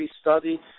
study